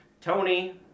Tony